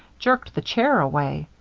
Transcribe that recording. jerked the chair away.